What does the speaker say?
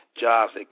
jobs